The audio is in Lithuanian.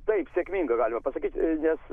taip sėkminga galima pasakyti nes